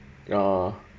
orh